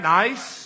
nice